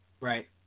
Right